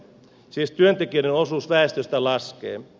siis työntekijöiden osuus väestöstä laskee